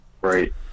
Right